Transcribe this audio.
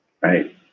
Right